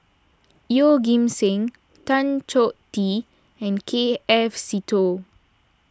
Yeoh Ghim Seng Tan Choh Tee and K F Seetoh